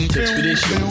expedition